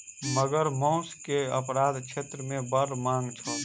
मगर मौस के अपराध क्षेत्र मे बड़ मांग छल